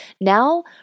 Now